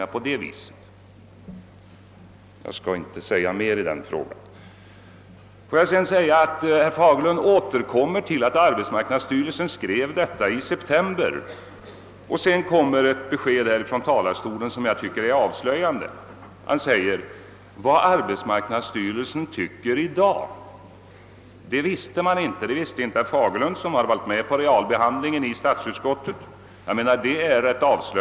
Jag skall inte säga mer i denna frågan. Herr Fagerlund upprepade att arbetsmarknadsstyrelsen skrev detta i september, varefter han kom med ett avslöjande besked ifrån talarstolen. Han sade nämligen att han inte visste vad arbetsmarknadsstyrelsen tycker i dag. Det känner alltså herr Fagerlund som deltagit i realbehandlingen i statsutskottet inte till.